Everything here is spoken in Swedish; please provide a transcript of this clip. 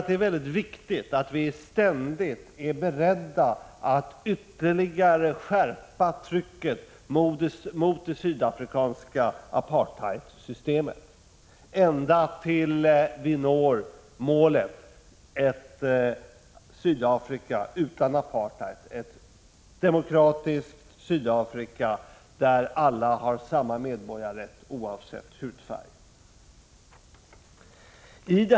Det är mycket viktigt att vi ständigt är beredda att ytterligare skärpa trycket mot det sydafrikanska apartheidsystemet, ända tills målet är nått, dvs. ett Sydafrika utan apartheid, ett demokratiskt Sydafrika, där alla har samma medborgarrätt oavsett hudfärg.